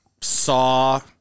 Saw